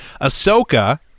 Ahsoka